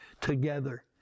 together